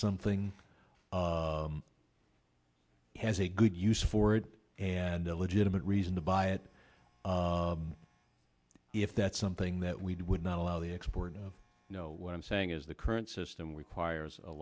something has a good use for it and a legitimate reason to buy it if that's something that we would not allow the export of you know what i'm saying is the current system requires a